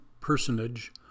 personage